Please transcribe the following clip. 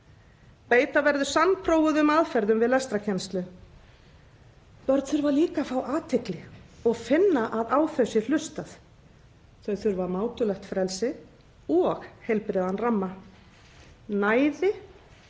Beita verður sannprófuðum aðferðum við lestrarkennslu. Börn þurfa líka að fá athygli og finna að á þau sé hlustað. Þau þurfa mátulegt frelsi og heilbrigðan ramma; næði,